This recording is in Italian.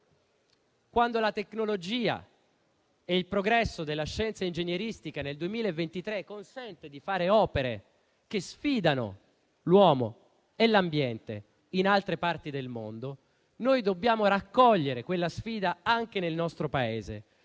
dunque, la tecnologia e il progresso della scienza ingegneristica nel 2023 consentono di fare opere che sfidano l'uomo e l'ambiente in altre parti del mondo, dobbiamo raccogliere quella sfida anche nel nostro Paese.